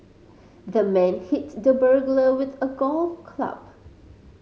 the man hit the burglar with a golf club